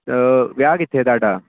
ਵਿਆਹ ਕਿੱਥੇ ਹੈ ਤੁਹਾਡਾ